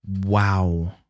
Wow